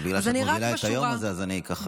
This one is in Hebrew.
אבל בגלל שאת מובילה את היום הזה, אז אני ככה.